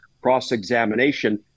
cross-examination